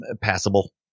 passable